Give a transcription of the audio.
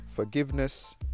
Forgiveness